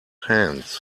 hands